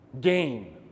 game